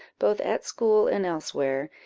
both at school and elsewhere,